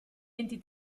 enti